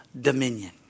dominion